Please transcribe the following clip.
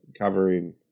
covering